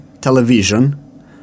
television